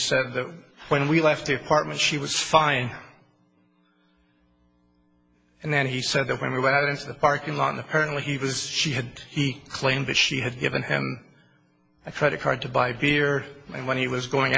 said that when we left the apartment she was fine and then he said that when we went out into the parking lot apparently he was she had claimed that she had given him a credit card to buy beer and when he was going